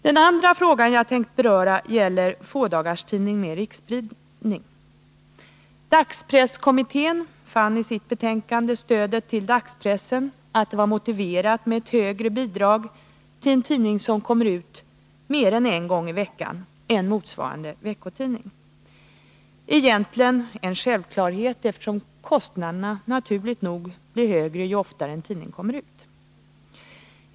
Den andra fråga som jag tänkt beröra gäller fådagarstidning med riksspridning. Dagspresskommittén fann i sitt betänkande Stödet till dagspressen att det var motiverat att en tidning som kommer ut mer än en gång i veckan skulle få större bidrag än motsvarande veckotidning — egentligen en självklarhet, eftersom kostnaderna naturligt nog blir högre ju oftare en tidning kommer ut.